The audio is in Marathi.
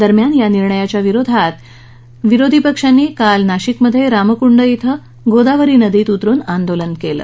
दरम्यान या निर्णयाच्या विरोधात विरोधी पक्षांनी काल नाशिकमधे रामकुंड शः गोदावरी नदीत उतरून आंदोलन केलं